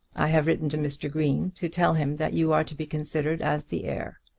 i have written to mr. green to tell him that you are to be considered as the heir.